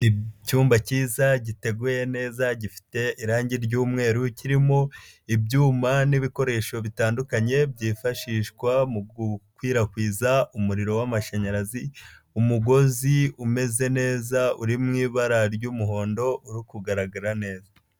Icyumba cyiza giteguye neza gifite irangi ry'umweru kirimo ibyuma n'ibikoresho bitandukanye byifashishwa mu gukwirakwiza umuriro w'amashanyarazi, umugozi umeze neza uri mu ibara ry'umuhondo uri kugaragara neza.